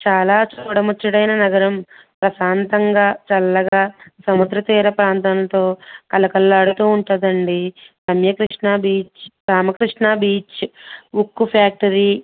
చాలా చూడముచ్చటైన నగరం ప్రశాంతంగా చల్లగా సముద్రతీర ప్రాంతంతో కళకళలాడుతూ ఉంటుంది అండి రమ్యకృష్ణ బీచ్ రామకృష్ణ బీచ్ ఉక్కు ఫ్యాక్టరీ